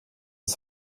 ist